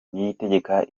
niyitegeka